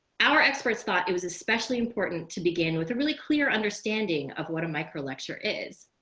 our experts thought it was especially important to begin with a really clear understanding of what a micro lecture is.